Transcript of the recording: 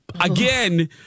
again